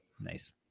nice